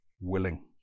willing